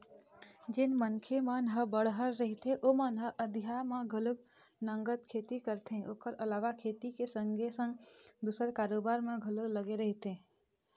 जेन मनखे मन ह बड़हर रहिथे ओमन ह अधिया म घलोक नंगत खेती करथे ओखर अलावा खेती के संगे संग दूसर कारोबार म घलोक लगे रहिथे